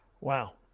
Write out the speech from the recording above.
Wow